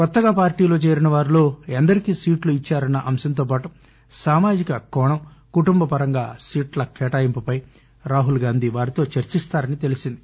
కొత్తగా పార్టీలో చేరినవారిలో ఎందరికి సీట్లు ఇచ్చారన్న అంశంతో పాటు సామాజిక కోణం కుటుంబపరంగా సీట్ల కేటాయింపుపై రాహుల్గాంధీ వారితో చర్చిస్తారని తెలిసింది